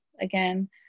again